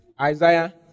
Isaiah